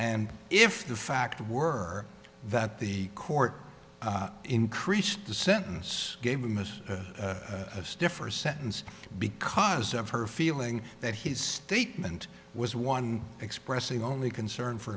and if the fact were that the court increased the sentence gave him as a stiffer sentence because of her feeling that his statement was one expressing only concern for